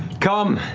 come.